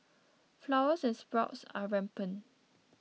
flowers and sprouts are rampant